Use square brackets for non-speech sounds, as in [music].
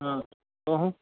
অঁ [unintelligible]